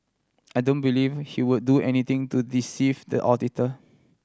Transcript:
I don't believe he would do anything to deceive the auditor